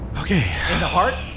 Okay